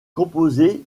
composée